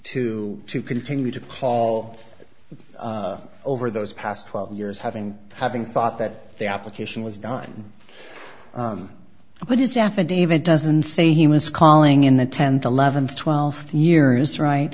to to continue to pall over those past twelve years having having thought that the application was done but his affidavit doesn't say he was calling in the tenth eleventh twelfth year is right